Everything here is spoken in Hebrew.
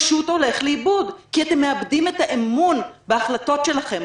פשוט הולך לאיבוד כי אתם מאבדים את האמון בהחלטות שלכם.